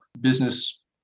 business